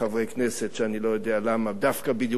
ואני לא יודע למה דווקא בדיוק כשאני עולה הם נזכרים.